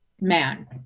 man